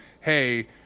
hey